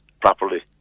properly